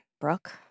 Brooke